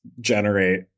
generate